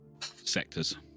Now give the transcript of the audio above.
sectors